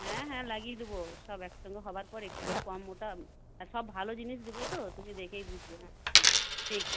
হ্যাঁ হ্যাঁ লাগিয়ে দেব সব একসঙ্গে হওয়ার পর একটু কম ওটা সব ভালো জিনিস দেব তো তুমি দেখেই বুঝবে হ্যাঁ ঠিক আছে